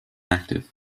active